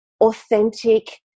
authentic